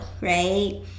right